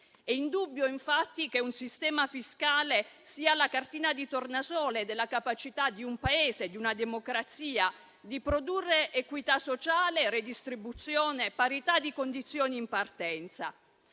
È indubbio, infatti, che un sistema fiscale sia la cartina di tornasole della capacità di un Paese e di una democrazia di produrre equità sociale, redistribuzione e parità di condizioni in partenza.